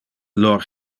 lor